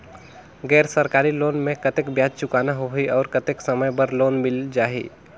गैर सरकारी लोन मे कतेक ब्याज चुकाना होही और कतेक समय बर लोन मिल जाहि?